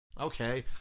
Okay